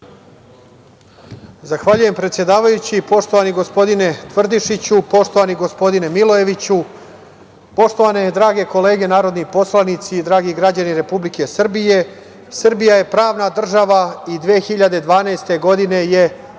Zahvaljujem, predsedavajući. Poštovani gospodine Tvrdišiću, poštovani gospodine Milojeviću, poštovane drage kolege narodni poslanici i dragi gađani Republike Srbije, Srbija je pravna država i 2012. godine je